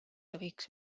tohiks